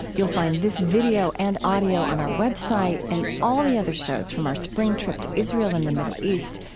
you'll find this video and audio on our website and all the other shows from our spring trip to israel and the middle east,